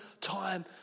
time